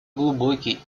глубокий